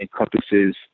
encompasses